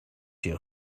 you